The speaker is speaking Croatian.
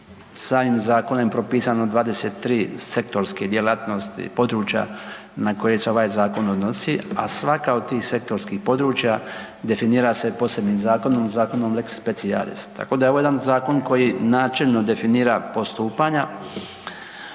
samim zakonom je propisano 23 sektorske djelatnosti, područja na koje se ovaj zakon odnosi, a svaka od tih sektorskih područja definira se posebnim zakonom, zakonom lex specialis. Tako da je ovo jedan zakon koji načelno definira postupanja